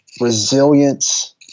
resilience